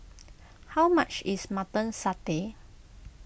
how much is Mutton Satay